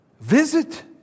visit